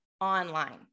online